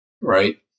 Right